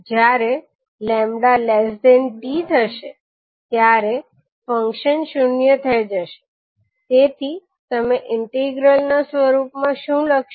જયારે 𝜆 𝑡 થશે ત્યારે ફંક્શન શૂન્ય થઇ જશે તેથી તમે ઇન્ટિગ્રલના રૂપમાં શું લખશો